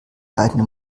eigenen